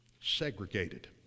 segregated